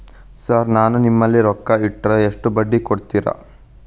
Sir ನಾನು ನಿಮ್ಮಲ್ಲಿ ರೊಕ್ಕ ಇಟ್ಟರ ಎಷ್ಟು ಬಡ್ಡಿ ಕೊಡುತೇರಾ?